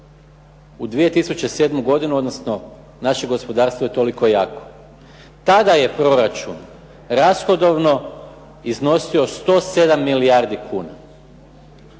u 2007. godinu, odnosno naše gospodarstvo je toliko jako. Tada je proračun rashodovno iznosio 107 milijardi kuna.